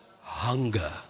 hunger